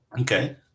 Okay